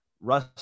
Russ